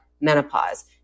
menopause